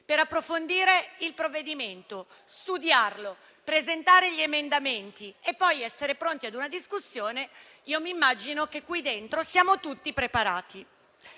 per approfondire il provvedimento, studiarlo, presentare gli emendamenti ed essere pronti ad una discussione, immagino che siamo tutti preparati.